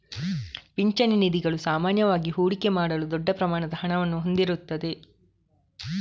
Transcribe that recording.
ಪಿಂಚಣಿ ನಿಧಿಗಳು ಸಾಮಾನ್ಯವಾಗಿ ಹೂಡಿಕೆ ಮಾಡಲು ದೊಡ್ಡ ಪ್ರಮಾಣದ ಹಣವನ್ನು ಹೊಂದಿರುತ್ತವೆ